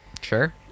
sure